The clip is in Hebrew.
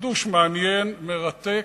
חידוש מעניין, מרתק.